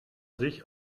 sich